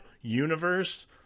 universe